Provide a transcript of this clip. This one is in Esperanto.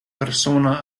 persona